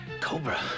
Cobra